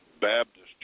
Baptist